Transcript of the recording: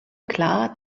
klar